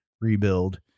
rebuild